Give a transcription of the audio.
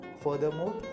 Furthermore